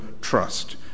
trust